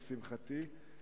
לשמחתי.